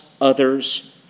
others